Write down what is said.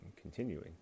continuing